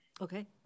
Okay